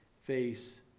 face